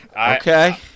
okay